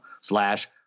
slash